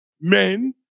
men